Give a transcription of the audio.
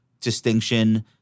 distinction